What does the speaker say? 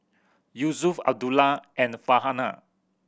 Yusuf Abdullah and Farhanah